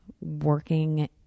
working